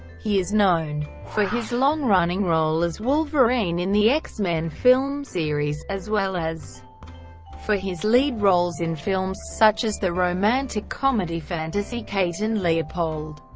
he is known for his long-running role as wolverine in the x-men film series, as well as for his lead roles in films such as the romantic-comedy fantasy kate and leopold,